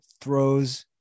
throws